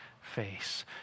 face